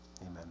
Amen